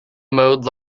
mode